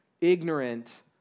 ignorant